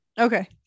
Okay